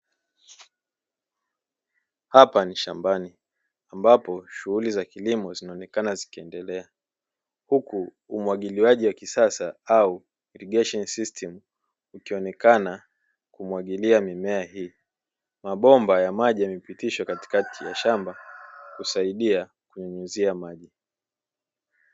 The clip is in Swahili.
Hapa ni shambani ambapo shughuli za kilimo zinaonekana zikiendelea, huku umwagiliaji wa kisasa au "irrigation system" ukionekana kumwagilia mimea hiyo, mabomba ya maji yamepitishwa katikati ya shamba kusaidia kunyunyizia maji.